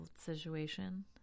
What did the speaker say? situation